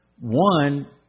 One